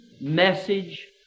message